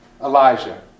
Elijah